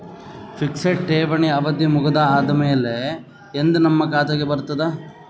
Fixed ಠೇವಣಿ ಅವಧಿ ಮುಗದ ಆದಮೇಲೆ ಎಂದ ನಮ್ಮ ಖಾತೆಗೆ ಬರತದ?